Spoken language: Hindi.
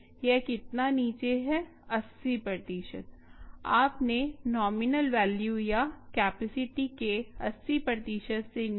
यह कितना नीचे है 80 प्रतिशत अपने नॉमिनल वैल्यू या कैपेसिटी के 80 प्रतिशत से नीचे